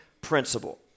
principle